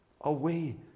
away